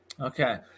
Okay